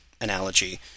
analogy